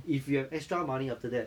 if you have extra money after that